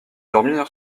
dormir